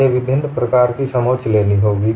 मुझे विभिन्न प्रकार की समोच्च लेनी होगी